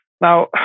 Now